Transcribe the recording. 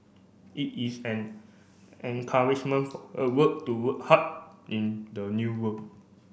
it is an encouragement work hard in the new work